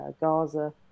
Gaza